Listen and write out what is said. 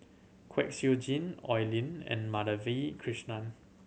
Kwek Siew Jin Oi Lin and Madhavi Krishnan